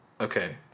Okay